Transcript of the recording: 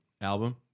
album